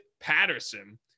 Patterson